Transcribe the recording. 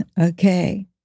Okay